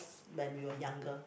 when we were younger